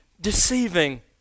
deceiving